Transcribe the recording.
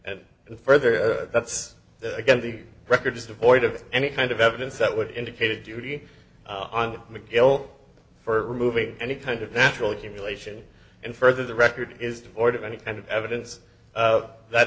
and further that's again the record just a void of any kind of evidence that would indicate a duty on mcdill for removing any kind of natural accumulation and further the record is devoid of any kind of evidence that